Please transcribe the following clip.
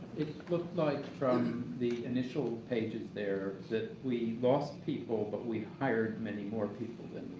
looked like from the initial pages there that we lost people, but we hired many more people than